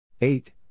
Eight